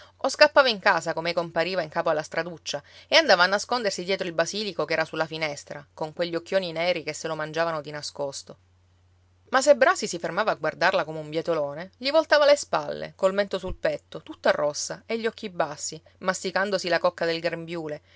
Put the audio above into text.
o scappava in casa com'ei compariva in capo alla straduccia e andava a nascondersi dietro il basilico ch'era sulla finestra con quegli occhioni neri che se lo mangiavano di nascosto ma se brasi si fermava a guardarla come un bietolone gli voltava le spalle col mento sul petto tutta rossa e gli occhi bassi masticandosi la cocca del grembiule